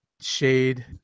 shade